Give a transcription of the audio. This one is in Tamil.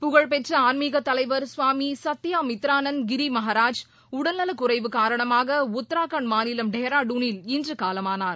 புகழ்பெற்ற ஆன்மிகத் தலைவர் சுவாமி சத்தியமித்ரானந்த் கிரி மகாராஜ் உடல் நலக்குறைவு காரணமாக உத்தரகாண்ட் மாநிலம் டேராடூனில் இன்று காலமானார்